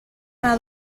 anar